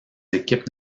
équipes